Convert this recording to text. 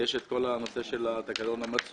יש את כל הנושא של התקנות המצוי,